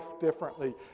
differently